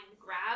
grab